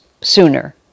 sooner